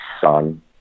son